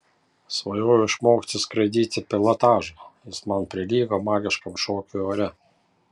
svajojau išmokti skraidyti pilotažą jis man prilygo magiškam šokiui ore